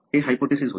हे हायपोथेसिस होते